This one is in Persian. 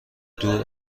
دور